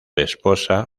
esposa